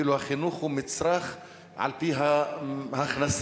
כאילו החינוך הוא מצרך על-פי ההכנסה,